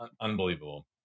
Unbelievable